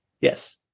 yes